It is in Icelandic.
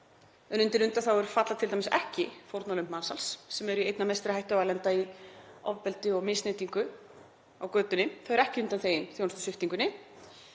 en undir undanþágur falla t.d. ekki fórnarlömb mansals sem eru í einna mestri hættu á að lenda í ofbeldi og misneytingu á götunni — þau eru ekki undanþegin þjónustusviptingunni